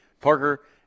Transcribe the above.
Parker